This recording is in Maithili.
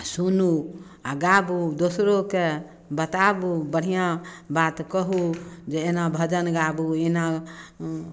सुनू आ गाबू दोसरोकेँ बताबू बढ़िआँ बात कहू जे एना भजन गाबू एना